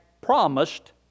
promised